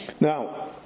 Now